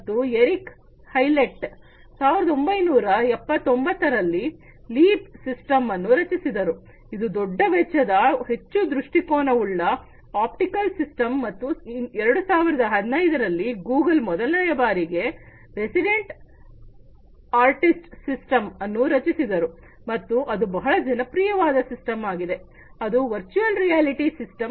ಮತ್ತು Eric Howlett 1979 ರಲ್ಲಿ LEEP system ಅನ್ನು ರಚಿಸಿದರು ಇದು ದೊಡ್ಡ ವೆಚ್ಚದ ಹೆಚ್ಚು ದೃಷ್ಟಿಕೋನವುಳ್ಳ ಆಪ್ಟಿಕಲ್ ಸಿಸ್ಟಮ್ ಮತ್ತು 2015 ರಲ್ಲಿ ಗೂಗಲ್ ಮೊದಲನೆಯ ಬಾರಿಗೆ ರೆಸಿಡೆಂಟ್ ಆರ್ಟಿಸ್ಟ್ ಸಿಸ್ಟಮ್ ಅನ್ನು ರಚಿಸಿದರು ಮತ್ತು ಅದು ಬಹಳ ಜನಪ್ರಿಯವಾದ ಸಿಸ್ಟಮ್ ಆಗಿದೆ ಅದು ವರ್ಚುಯಲ್ ರಿಯಾಲಿಟಿ ಸಿಸ್ಟಮ್